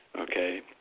okay